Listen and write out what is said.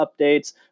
updates